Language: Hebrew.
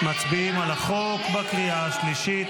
מצביעים על החוק בקריאה השלישית.